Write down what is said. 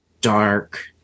dark